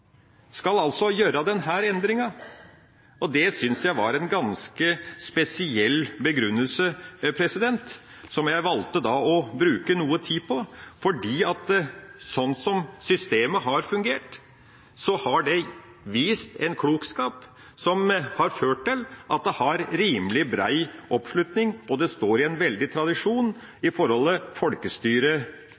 altså skal gjøre denne endringa. Det syntes jeg var en ganske spesiell begrunnelse som jeg valgte å bruke noe tid på, for sånn systemet har fungert, har det vist en klokskap som har ført til at det har rimelig brei oppslutning, og det står i en sterk tradisjon i forholdet folkestyre–embetsstat. Og det er det viktig å hegne om. Flere har ikke bedt om ordet til